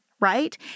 right